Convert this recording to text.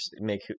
make